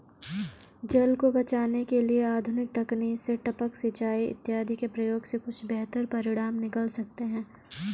जल को बचाने के लिए आधुनिक तकनीक से टपक सिंचाई इत्यादि के प्रयोग से कुछ बेहतर परिणाम निकल सकते हैं